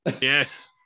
yes